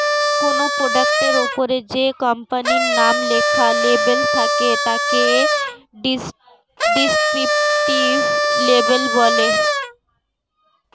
কোনো প্রোডাক্টের ওপরে যে কোম্পানির নাম লেখা লেবেল থাকে তাকে ডেসক্রিপটিভ লেবেল বলে